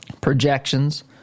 Projections